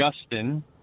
Justin